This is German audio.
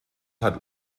hat